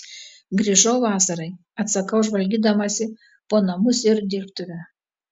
grįžau vasarai atsakau žvalgydamasi po namus ir dirbtuvę